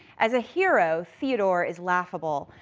as a hero, theodore is laughable,